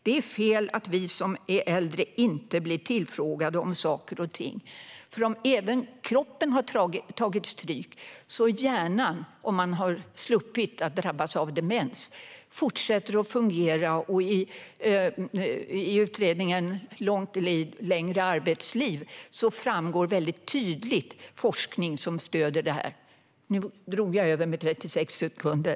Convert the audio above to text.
Det är fel att vi äldre inte blir tillfrågade om saker och ting, för även om kroppen har tagit stryk fortsätter hjärnan, om man sluppit drabbas av demens, att fungera. I utredningen Längre liv, längre arbetsliv framgår tydligt att detta har stöd i forskningen. Nu drog jag över med 36 sekunder.